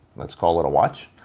let's call it a watch.